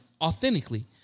authentically